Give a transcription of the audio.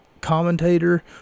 commentator